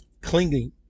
Clinging